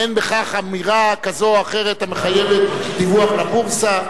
אין בכך אמירה כזו או אחרת המחייבת דיווח לבורסה.